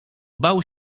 bał